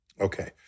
Okay